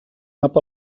nap